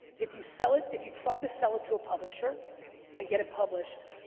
if you sell it, if you try to sell it to a publisher and get it published,